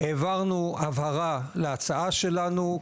העברנו הבהרה להצעה שלנו,